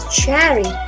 cherry